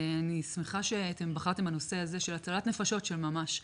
ואני שמחה שאתם בחרתם בנושא הזה של הצלת נפשות של ממש.